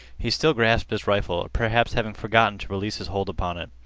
he still grasped his rifle, perhaps having forgotten to release his hold upon it.